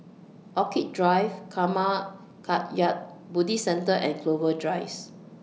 Orchid Drive Karma Kagyud Buddhist Centre and Clover Rise